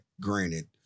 Granted